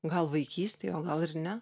gal vaikystėj o gal ir ne